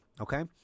okay